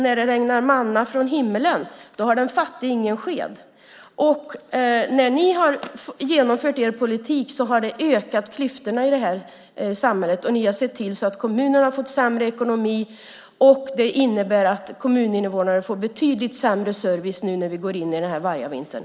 När det regnar manna från himlen har den fattige ingen sked. När ni har genomfört er politik har det ökat klyftorna i samhället. Ni har sett till att kommunerna har fått sämre ekonomi. Det innebär att kommuninvånarna får betydligt sämre service nu när vi går in i vargavintern.